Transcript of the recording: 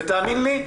ותאמין לי,